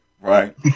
right